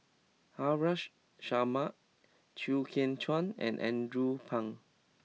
Haresh Sharma Chew Kheng Chuan and Andrew Phang